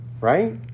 right